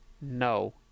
No